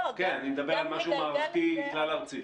כן, אני מדבר על משהו מערכתי, כלל ארצי.